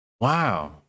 Wow